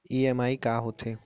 EMI का होथे?